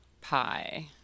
pi